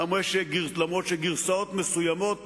אף-על-פי שגרסאות מסוימות